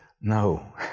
No